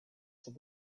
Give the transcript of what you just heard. said